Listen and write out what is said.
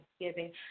Thanksgiving